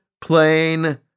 plain